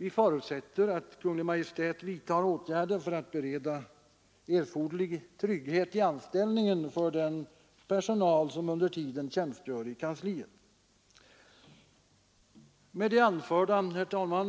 Vi förutsätter att Kungl. Maj:t vidtar åtgärder för att bereda erforderlig trygghet i anställningen för den personal som under tiden tjänstgör i kansliet. Med det anförda